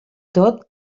tot